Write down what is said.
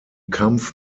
kampf